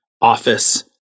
office